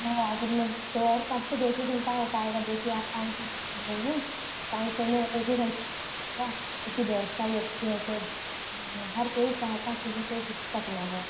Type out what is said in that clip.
तो आज मतलब तो और कम फिर एक ही घंटा हो पाएगा देखिए आप पाँच सौ कर रही हैं पाँच सौ में एक ही घंटा होगा क्योंकि व्यवस्था भी अच्छी है कोई दिक्कत नहीं है हर कोई चाहता है कि हमें कोई दिक्कत न हो